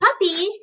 Puppy